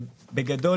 בגדול,